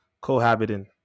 cohabiting